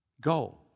Go